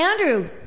Andrew